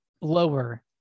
lower